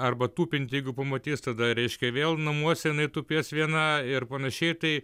arba tupintį jeigu pamatys tada reiškia vėl namuose jinai tupės viena ir panašiai tai